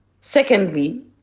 secondly